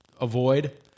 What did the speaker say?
avoid